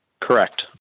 Correct